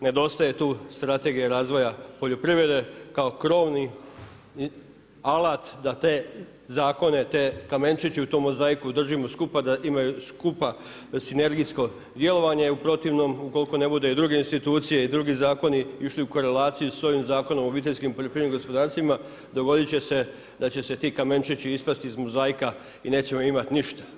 Nedostaje tu strategije i razvoja poljoprivrede kao krovni alat da te zakone, te kamenčiće u tom mozaiku držimo skupa da imaju skupa sinergijsko djelovanje u protivnom koliko ne budu i druge institucije i drugi zakoni išli u korelaciju s ovim zakonom o obiteljskim poljoprivrednim gospodarstvima dogodit će se da će ti kamenčići ispasti iz mozaika i nećemo imati ništa.